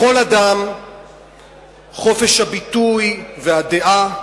לכל אדם חופש הביטוי והדעה,